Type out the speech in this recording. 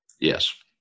yes